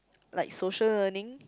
like social learning